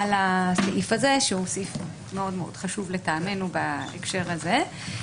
לסעיף הזה שלטעמנו הוא סעיף מאוד מאוד חשוב בהקשר הזה.